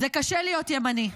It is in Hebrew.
זה קשה להיות ימני,